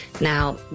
Now